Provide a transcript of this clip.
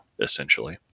Essentially